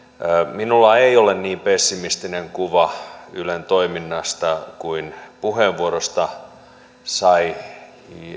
minulla ei ole niin pessimistinen kuva ylen toiminnasta kuin puheenvuorosta sai